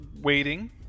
waiting